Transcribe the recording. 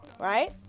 right